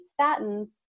statins